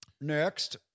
Next